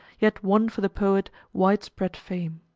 yet won for the poet wide-spread fame